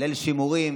ליל שימורים